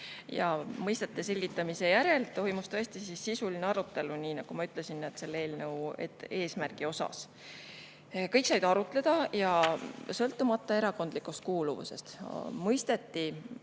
Mõistete selgitamise järel toimus tõesti sisuline arutelu, nii nagu ma ütlesin, selle eelnõu eesmärgi üle. Kõik said arutleda. Sõltumata erakondlikust kuuluvusest mõisteti